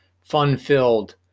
fun-filled